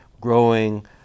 growing